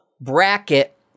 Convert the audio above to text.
bracket